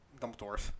Dumbledore